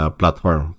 platform